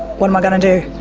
what am i going to do?